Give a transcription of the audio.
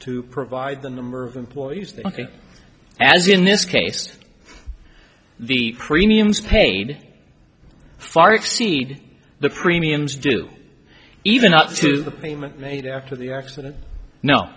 to provide the number of employees the ok as in this case the premiums paid far exceed the premiums due even up to the payment made after the accident no